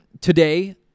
today